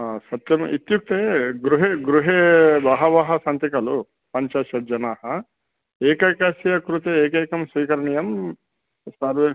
हा सत्यम् इत्युक्ते गृहे गृहे बहवः सन्ति खलु पञ्च षड् जनाः एकैकस्य कृते एकैकं स्वीकरणीयं सर्वे